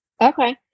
Okay